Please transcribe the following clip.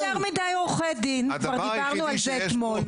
יותר מידי עורכי דין, כבר דיברנו על זה אתמול.